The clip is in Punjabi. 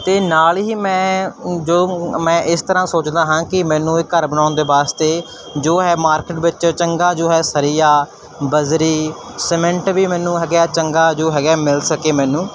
ਅਤੇ ਨਾਲ ਹੀ ਮੈਂ ਜੋ ਮੈਂ ਇਸ ਤਰ੍ਹਾਂ ਸੋਚਦਾ ਹਾਂ ਕਿ ਮੈਨੂੰ ਇਹ ਘਰ ਬਣਾਉਣ ਦੇ ਵਾਸਤੇ ਜੋ ਹੈ ਮਾਰਕੀਟ ਵਿੱਚ ਚੰਗਾ ਜੋ ਹੈ ਸਰੀਆ ਬਜਰੀ ਸੀਮੈਂਟ ਵੀ ਮੈਨੂੰ ਹੈਗਾ ਚੰਗਾ ਜੋ ਹੈਗਾ ਮਿਲ ਸਕੇ ਮੈਨੂੰ